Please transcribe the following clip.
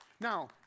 Now